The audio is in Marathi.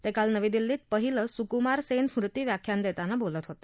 ते काल नवी दिल्लीत पहिलं सुकुमार सेन स्मृती व्याख्यान देताना बोलत होते